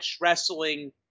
wrestling